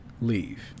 leave